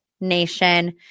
Nation